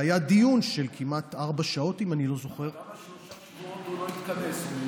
למה הוא התכנס?